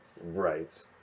Right